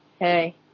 hey